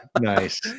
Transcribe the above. nice